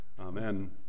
Amen